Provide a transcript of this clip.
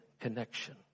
connection